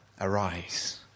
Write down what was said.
Arise